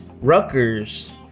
Rutgers